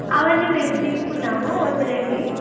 అవన్నీ మేము తీసుకున్నాము వద్దులేండి